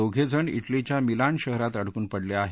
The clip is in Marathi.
दोघे जण विलीच्या मिलान शहरात अडकून पडले आहेत